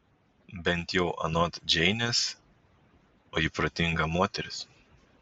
bent jau anot džeinės o ji protinga moteris